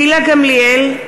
גילה גמליאל,